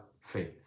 faith